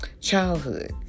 childhood